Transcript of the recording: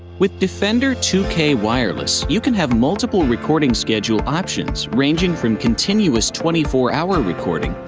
with defender two k wireless, you can have multiple recording schedule options ranging from continuous twenty four hour recording,